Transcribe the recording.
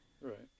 Right